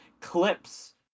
clips